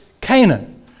Canaan